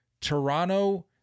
Toronto